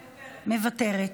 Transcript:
מוותרת.